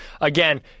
Again